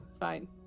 Fine